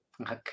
Okay